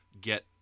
get